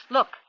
Look